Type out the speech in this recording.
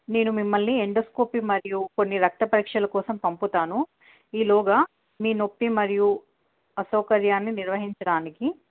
నేను మిమ్మల్ని ఎండోస్కోపీ మరియు కొన్ని రక్త పరీక్షల కోసం పంపుతాను ఈ లోగా మీ నొప్పి మరియు అసౌకర్యాన్ని నిర్వహించడానికి